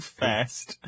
fast